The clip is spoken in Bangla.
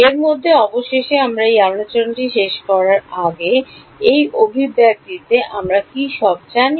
এর মধ্যে অবশেষে আমরা এই আলোচনাটি শেষ করার আগে এই অভিব্যক্তিতে আমরা কী সব জানি